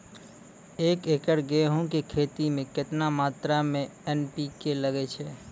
एक एकरऽ गेहूँ के खेती मे केतना मात्रा मे एन.पी.के लगे छै?